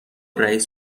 رئیس